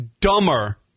dumber